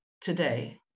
today